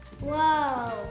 Whoa